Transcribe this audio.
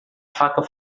faca